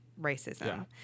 racism